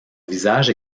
visage